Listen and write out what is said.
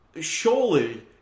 surely